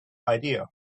idea